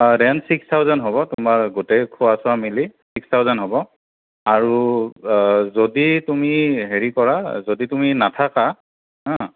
rent six thousand হ'ব তোমাৰ গোটেই খোৱা ছোৱা মিলি ছিক্স থাউজেণ্ড হ'ব আৰু যদি তুমি হেৰি কৰা যদি তুমি নাথাকা